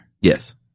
Yes